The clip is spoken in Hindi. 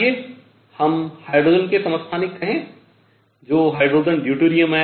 आइए हम हाइड्रोजन के समस्थानिक कहें जो हाइड्रोजन ड्यूटेरियम हैं